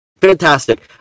Fantastic